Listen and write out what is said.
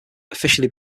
officially